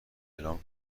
اعلام